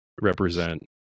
represent